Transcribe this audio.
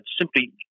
simply